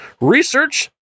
Research